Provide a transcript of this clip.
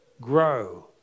Grow